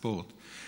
ספורט,